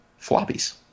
floppies